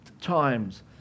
times